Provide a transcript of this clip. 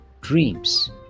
dreams